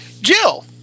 Jill